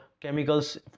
chemicals